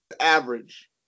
average